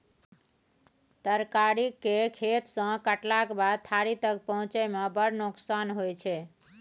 तरकारी केर खेत सँ कटलाक बाद थारी तक पहुँचै मे बड़ नोकसान होइ छै